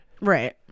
right